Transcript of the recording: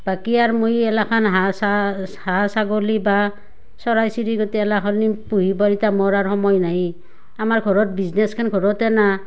বাকী আৰ মই এলাখন হাঁহ চা হাঁহ ছাগলী বা চৰাই চিৰিকটি এলাখন পুহিব ইতা মোৰ আৰু সময় নাই আমাৰ ঘৰত বিজনেছখন ঘৰতে না